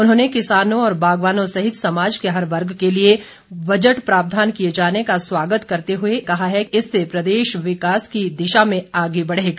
उन्होंने किसानों और बागवानों सहित समाज के हर वर्ग के लिए बजट प्रावधान किए जाने का स्वागत करते हुए कहा कि इससे प्रदेश विकास की दिशा में आगे बढ़ेगा